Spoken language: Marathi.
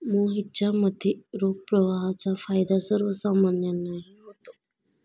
मोहितच्या मते, रोख प्रवाहाचा फायदा सर्वसामान्यांनाही होतो